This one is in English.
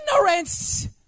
Ignorance